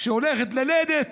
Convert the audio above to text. שהולכת ללדת,